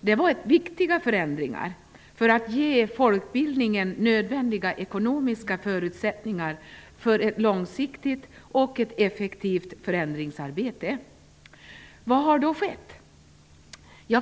Det var viktiga förändringar för att ge folkbildningen nödvändiga ekonomiska förutsättningar för ett långsiktigt och effektivt förändringsarbete. Vad har då skett?